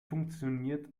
funktioniert